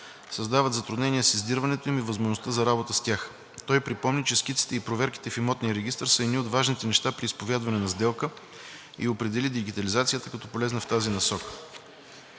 създават затруднение с издирването им и възможността за работа с тях. Той припомни, че скиците и проверките в имотния регистър са едни от важните неща при изповядване на сделка с недвижим имот и определи дигитализацията като полезна в тази насока.